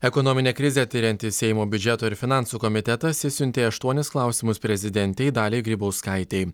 ekonominę krizę tiriantis seimo biudžeto ir finansų komitetas išsiuntė aštuonis klausimus prezidentei daliai grybauskaitei